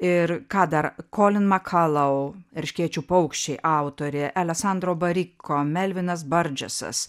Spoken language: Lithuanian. ir ką dar kolin makalou erškėčių paukščiai autorė alesandro bariko melvinas bardžesas